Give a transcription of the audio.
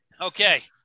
Okay